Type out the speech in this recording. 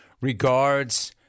Regards